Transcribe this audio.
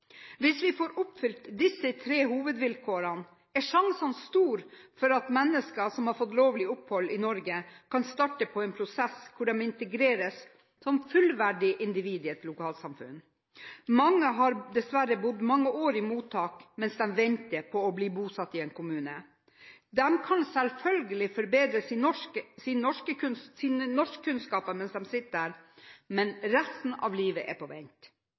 Hvis vi får oppfylt disse tre hovedvilkårene, er sjansene store for at mennesker som har fått lovlig opphold i Norge, kan starte på en prosess hvor de integreres som fullverdige individ i et lokalsamfunn. Mange har dessverre bodd mange år i mottak mens de har ventet på å bli bosatt i en kommune. De kan selvfølgelig forbedre sine norskkunnskaper mens de sitter der, men resten av livet er satt på vent.